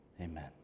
amen